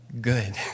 good